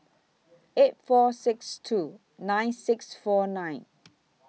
eight four six two nine six four nine